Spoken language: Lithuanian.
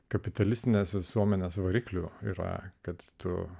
kapitalistinės visuomenės varikliu yra kad tu